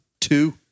Two